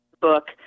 book